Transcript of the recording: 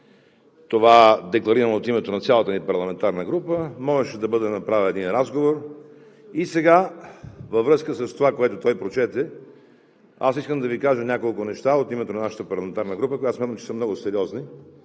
Това е декларирано от името на цялата ни парламентарна група и можеше да бъде направен един разговор. Сега във връзка с това, което той прочете, аз искам да Ви кажа няколко неща от името на нашата парламентарна група, които смятам, че са много сериозни